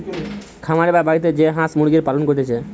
খামারে বা বাড়িতে যে হাঁস মুরগির পালন করতিছে